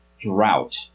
drought